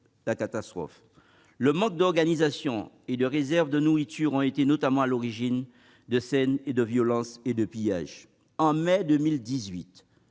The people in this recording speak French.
la catastrophe. Le manque d'organisation et de réserves de nourriture a été à l'origine de scènes de violences et de pillages. En mai 2018,